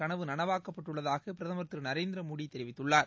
கனவு நனவாக்கப்பட்டுள்ளதாகபிரதமர் திருநரேந்திரமோடிதெரிவித்துள்ளார்